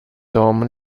tom